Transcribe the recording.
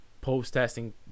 post-testing